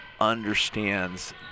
understands